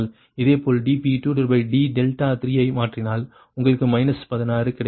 இதேபோல் dP2d3 ஐ மாற்றினால் உங்களுக்கு 16 கிடைக்கும்